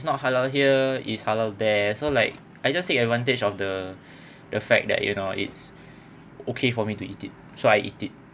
not halal here is halal there so like I just take advantage of the the fact that you know it's okay for me to eat it so I eat it